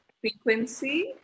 frequency